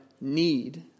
need